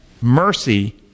mercy